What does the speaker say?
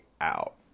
out